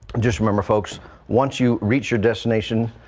just remember folks once you reach your destination.